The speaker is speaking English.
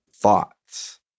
thoughts